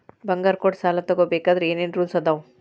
ಬಂಗಾರ ಕೊಟ್ಟ ಸಾಲ ತಗೋಬೇಕಾದ್ರೆ ಏನ್ ಏನ್ ರೂಲ್ಸ್ ಅದಾವು?